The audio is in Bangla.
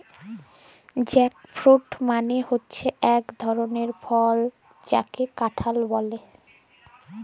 জ্যাকফ্রুট মালে হচ্যে এক ধরলের ফল যাকে কাঁঠাল ব্যলে